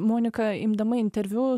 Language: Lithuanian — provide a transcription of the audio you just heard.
monika imdama interviu